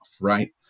Right